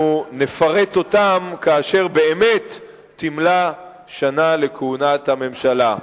נפרט אותם כאשר באמת תמלא שנה לכהונת הממשלה.